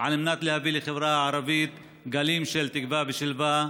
על מנת להביא לחברה הערבית גלים של תקווה ושלווה,